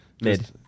Mid